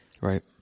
Right